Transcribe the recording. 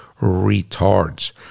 retards